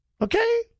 Okay